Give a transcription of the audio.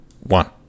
one